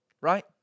Right